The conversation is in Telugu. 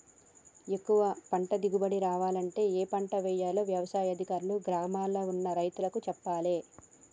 ఎక్కువ పంట దిగుబడి రావడానికి ఏ పంట వేయాలో వ్యవసాయ అధికారులు గ్రామాల్ల ఉన్న రైతులకు చెప్పాలే